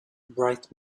bright